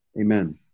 Amen